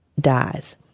dies